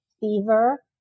fever